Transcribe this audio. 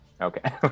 Okay